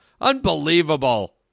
unbelievable